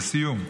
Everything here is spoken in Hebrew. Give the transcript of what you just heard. לסיום,